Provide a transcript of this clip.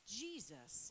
jesus